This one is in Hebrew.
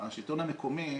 השלטון המקומי